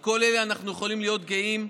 על כל אלה אנחנו יכולים להיות גאים,